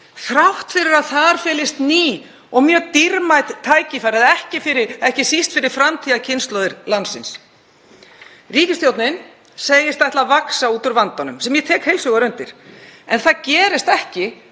þrátt fyrir að þar felist ný og mjög dýrmæt tækifæri, ekki síst fyrir framtíðarkynslóðir landsins. Ríkisstjórnin segist ætla að vaxa út úr vandanum, sem ég tek heils hugar undir, en það gerist ekki